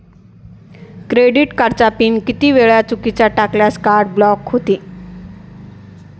Credit कार्डचा PIN किती वेळा चुकीचा टाकल्यास कार्ड ब्लॉक होते?